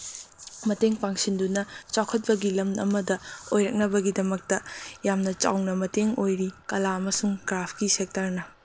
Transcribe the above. ꯃꯇꯦꯡ ꯄꯥꯡꯁꯤꯟꯗꯨꯅ ꯆꯥꯎꯈꯠꯄꯒꯤ ꯂꯝ ꯑꯃꯗ ꯑꯣꯏꯔꯛꯅꯕꯒꯤꯗꯃꯛꯇ ꯌꯥꯝꯅ ꯆꯥꯎꯅ ꯃꯇꯦꯡ ꯑꯣꯏꯔꯤ ꯀꯂꯥ ꯑꯃꯁꯨꯡ ꯀ꯭ꯔꯥꯐꯀꯤ ꯁꯦꯛꯇꯔꯅ